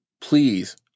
please